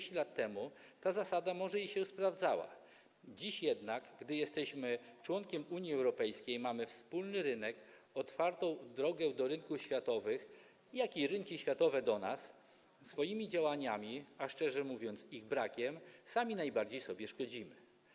20–30 lat temu ta zasada może i się sprawdzała, dziś jednak, gdy jesteśmy członkiem Unii Europejskiej, mamy wspólny rynek, otwartą drogę do rynków światowych, jak i rynki światowe mają otwartą drogę do nas, swoimi działaniami, a szczerze mówiąc, ich brakiem, sami najbardziej sobie szkodzimy.